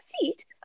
seat